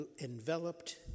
enveloped